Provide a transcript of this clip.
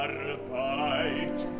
Arbeit